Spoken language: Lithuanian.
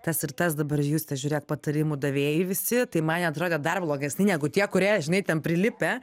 tas ir tas dabar juste žiūrėk patarimų davėjai visi tai man jie atrodė dar blogesni negu tie kurie žinai ten prilipę